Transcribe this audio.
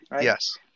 yes